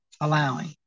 allowing